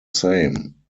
same